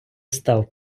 став